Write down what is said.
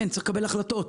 כן, צריך לקבל החלטות.